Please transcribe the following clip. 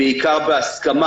בעיקר בהסכמה.